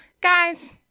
guys